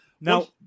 now